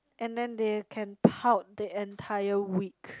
and then they can pout the entire week